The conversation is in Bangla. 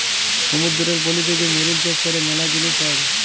সমুদ্দুরের পলিতে যে মেরিল চাষ ক্যরে ম্যালা জিলিস পাওয়া যায়